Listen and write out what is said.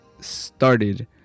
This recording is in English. started